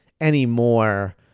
anymore